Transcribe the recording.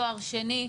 תואר שני,